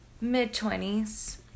mid-twenties